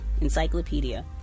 Encyclopedia